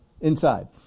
inside